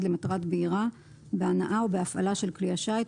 למטרת בעירה בהנעה או בהפעלה של כלי השיט,